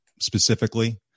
Specifically